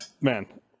Man